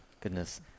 Goodness